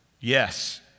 Yes